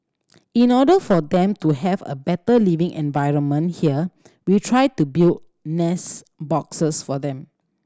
in order for them to have a better living environment here we try to build nest boxes for them